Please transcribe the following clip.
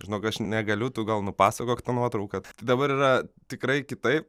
žinok aš negaliu tu gal nupasakok tą nuotrauką dabar yra tikrai kitaip